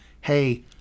hey